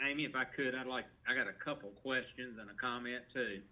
i mean, if i could, i'd like i got a couple questions and a comment to,